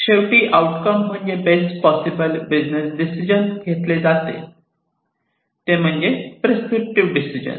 शेवटी आउटकम म्हणजे best possible business decision घेतले जाते ते म्हणजे प्रेस्क्रिप्टिव्ह डिसिजन